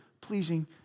pleasing